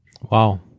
Wow